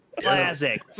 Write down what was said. Classic